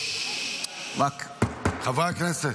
חברי הכנסת.